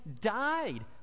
died